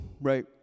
right